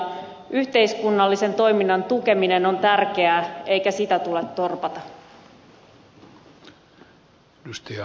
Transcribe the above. yhteiskunnallisen toiminnan tukeminen on tärkeää eikä sitä tule torpata